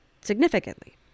significantly